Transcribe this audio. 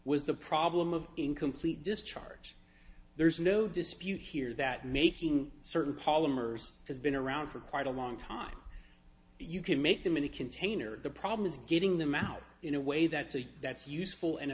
was the problem of incomplete discharge there's no dispute here that making certain polymers has been around for quite a long time you can make them in a container the problem is getting them out in a way that's it that's useful and